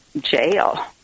jail